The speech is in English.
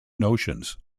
notions